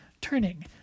turning